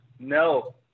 No